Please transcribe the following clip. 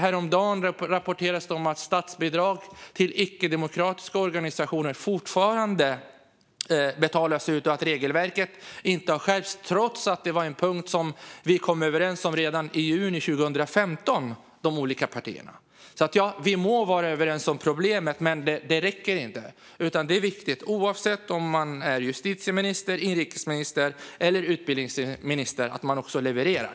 Häromdagen rapporterades det om att statsbidrag till icke-demokratiska organisationer fortfarande betalas ut och att regelverket inte har skärpts, trots att det var en punkt som vi i de olika partierna kom överens om redan i juni 2015. Vi må alltså vara överens om problemet, men det räcker inte. Det är viktigt, oavsett om man är justitieminister, inrikesminister eller utbildningsminister, att man också levererar.